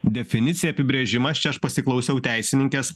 definicija apibrėžimas čia aš pasiklausiau teisininkės